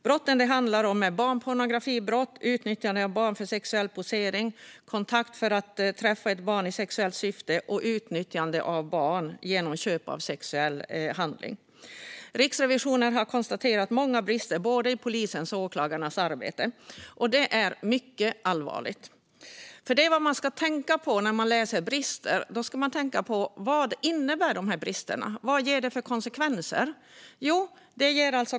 Brotten det handlar om är barnpornografibrott, utnyttjande av barn för sexuell posering, kontakt för att träffa ett barn i sexuellt syfte och utnyttjande av barn genom köp av sexuell handling. Riksrevisionen har konstaterat många brister i både polisens och åklagarnas arbete. Detta är mycket allvarligt. När man läser om brister ska man tänka på vad dessa brister innebär och vilka konsekvenser de ger.